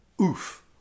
Oof